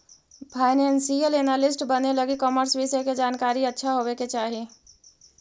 financial analyst बने लगी commerce विषय के जानकारी अच्छा होवे के चाही